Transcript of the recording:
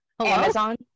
Amazon